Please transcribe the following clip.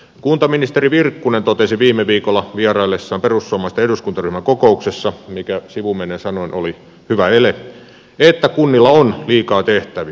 kuntaministeri virkkunen totesi viime viikolla vieraillessaan perussuomalaisten eduskuntaryhmän kokouksessa mikä sivumennen sanoen oli hyvä ele että kunnilla on liikaa tehtäviä